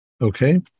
Okay